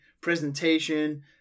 presentation